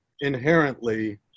inherently